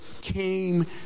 came